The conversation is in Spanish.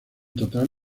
total